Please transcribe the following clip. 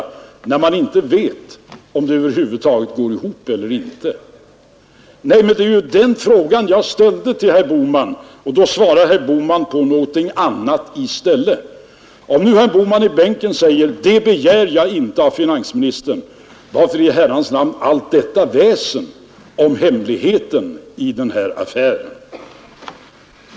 Man vet ju inte om det över huvud taget går ihop eller inte. Det var den frågan jag ställde till herr Bohman, och då svarade herr Bohman på någonting annat i stället. Om nu her Bohman säger från sin bänk att det begär han inte av finansministern, varför då allt detta väsen om hemligheten i den här affären?